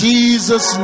Jesus